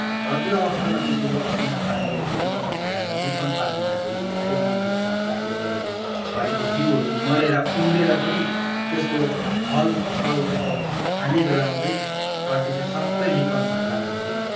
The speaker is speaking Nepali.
हौ त्यो अवस्थामा त्यसरी असिनापानीले हुरीबतासले ल्याएर लिप्पन पारिदिँदाखेरि धेरै मन दुखेर आउँछ आफूले गरेको छरेको बिउहरू मरेर उम्रिएर पनि त्यसको फल फसल त्यसको खानेबेलामा चाहिँ तर त्यसरी सबै लिप्पन भएर जाँदाखेरि